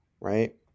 right